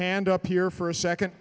hand up here for a second